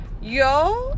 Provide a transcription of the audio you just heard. Yo